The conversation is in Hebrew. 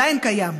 שעדיין קיים,